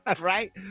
right